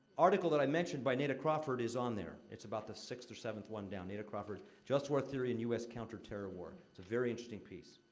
article that i mentioned by neta crawford is on there. it's about the sixth or seventh one down neta crawford, just war theory and u s. counterterror war. it's a very interesting piece.